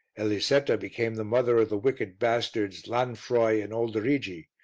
elisetta became the mother of the wicked bastards lanfroi and olderigi,